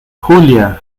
julia